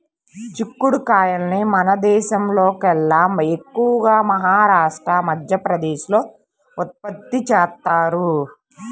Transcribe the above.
చిక్కుడు కాయల్ని మన దేశంలోకెల్లా ఎక్కువగా మహారాష్ట్ర, మధ్యప్రదేశ్ లో ఉత్పత్తి చేత్తారు